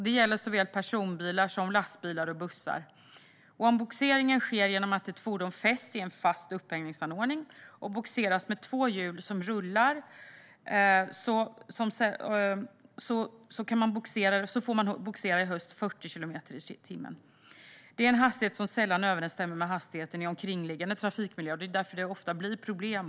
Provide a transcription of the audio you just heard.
Det gäller såväl personbilar som lastbilar och bussar. Om bogseringen sker genom att ett fordon fästs i en fast upphängningsanordning och det har två hjul som rullar får man bogsera i högst 40 kilometer i timmen. Det är en hastighet som sällan överensstämmer med hastigheten i omkringliggande trafikmiljö. Det är därför det ofta blir problem.